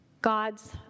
God's